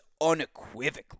unequivocally